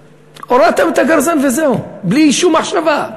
הורדתם את הגרזן וזהו, בלי שום מחשבה.